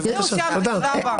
זה דבר לא נכון,